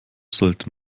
sollte